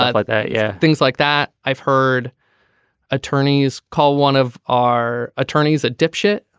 like like that. yeah. things like that. i've heard attorneys call one of our attorneys a dipshit.